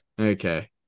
Okay